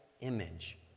image